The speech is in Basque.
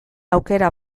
aukera